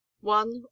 one